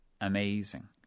amazing